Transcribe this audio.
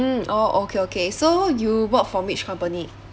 mm orh okay okay so you bought from which company